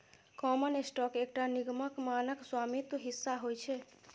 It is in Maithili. कॉमन स्टॉक एकटा निगमक मानक स्वामित्व हिस्सा होइ छै